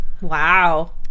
Wow